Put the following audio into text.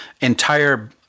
entire